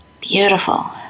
beautiful